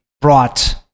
brought